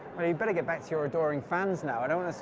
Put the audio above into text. but you better get back to your adoring fans now. i don't so